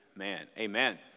amen